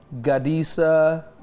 Gadisa